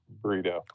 burrito